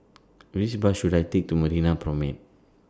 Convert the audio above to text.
Which Bus should I Take to Marina Promenade